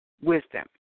Wisdom